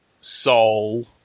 soul